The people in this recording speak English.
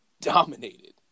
dominated